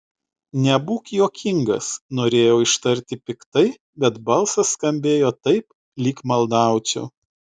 nebūk juokingas norėjau ištarti piktai bet balsas skambėjo taip lyg maldaučiau